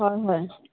হয় হয়